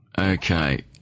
Okay